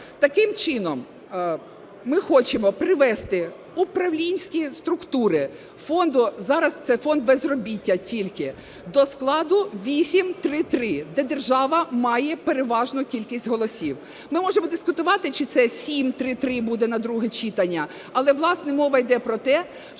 Таким чином ми хочемо привести управлінські структури фонду, зараз це фонд безробіття тільки, до складу 8-3-3, де держава має переважну кількість голосів. Ми можемо дискутувати, чи це 7-3-3 буде на друге читання. Але, власне, мова йде про те, що